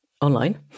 online